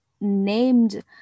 named